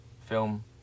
film